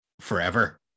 forever